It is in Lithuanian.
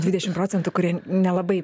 dvidešim procentų kurie nelabai